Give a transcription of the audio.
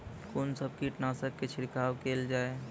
कून सब कीटनासक के छिड़काव केल जाय?